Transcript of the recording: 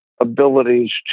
abilities